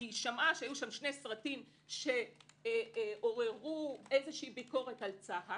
כי שמעה שהיו שם שני סרטים שעוררו ביקורת כלשהי על צה"ל,